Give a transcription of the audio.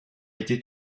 été